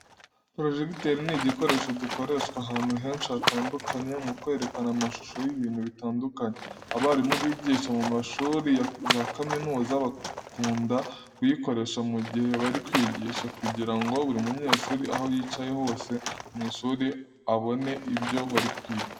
Porojegiteri ni igikoresho gikoreshwa ahantu henshi hatandukanye mu kwerekana amashusho y'ibintu bitandukanye. Abarimu bigisha mu mashuri ya za kaminuza bakunda kuyikoresha mu gihe bari kwigisha kugira ngo buri munyeshuri aho yicaye hose mu ishuri abone ibyo bari kwiga.